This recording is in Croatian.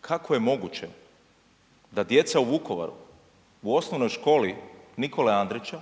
Kako je moguće da djeca u Vukovaru u OS Nikole Andrića